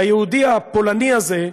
ליהודי הפולני הזה,